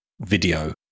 video